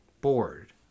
bored